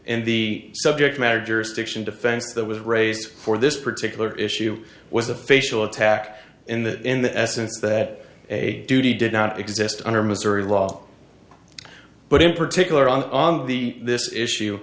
and the subject matter jurisdiction defense that was race for this particular issue was official attack in the in the essence that a duty did not exist under missouri law but in particular on the this issue